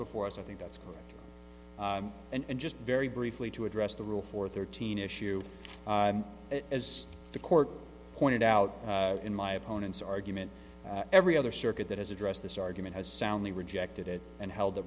before us i think that's correct and just very briefly to address the rule for thirteen issue as the court pointed out in my opponent's argument every other circuit that has addressed this argument has soundly rejected it and held th